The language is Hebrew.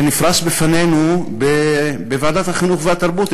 שנפרס בפנינו בוועדת החינוך והתרבות,